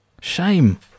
Shame